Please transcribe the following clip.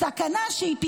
סכנה שהינה,